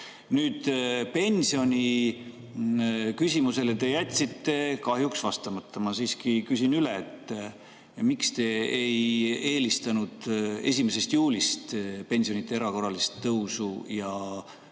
Nüüd, pensioniküsimusele te jätsite kahjuks vastamata. Ma siiski küsin üle, miks te ei eelistanud 1. juulist pensionide erakorralist tõusu ja keskmist